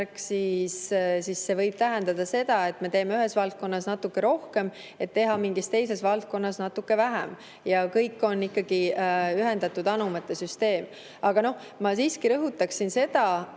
siis see võib tähendada seda, et me teeme ühes valdkonnas natuke rohkem, et teha mingis teises valdkonnas natuke vähem. See kõik on ikkagi ühendatud anumate süsteem. Ma siiski rõhutaksin seda